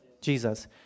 Jesus